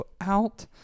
out